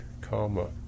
karma